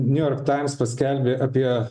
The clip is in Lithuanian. new york times paskelbė apie